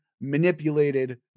manipulated